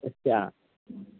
अच्छा